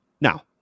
now